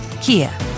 Kia